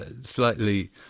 slightly